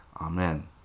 Amen